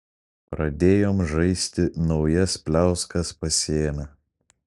pradėjom žaisti naujas pliauskas pasiėmę